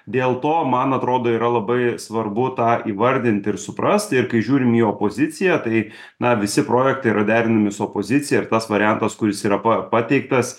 dėl to man atrodo yra labai svarbu tą įvardint ir suprast ir kai žiūrim į opoziciją tai na visi projektai yra derinami su opozicija ir tas variantas kuris yra pa pateiktas